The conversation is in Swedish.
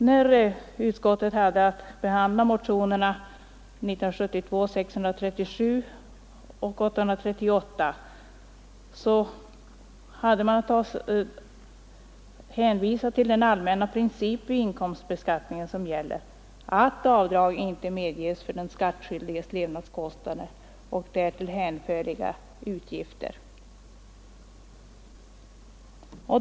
När utskottet hade att behandla motionerna 637 och 838 hade man att hänvisa till den allmänna princip som gäller vid inkomstbeskattning, nämligen att avdrag inte medges för den skattskyldiges levnadskostnader och därtill hänförliga utgifter.